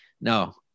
no